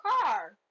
car